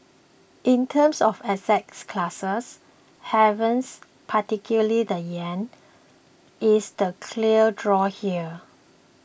in terms of assets classes havens particularly the yen is the clear draw here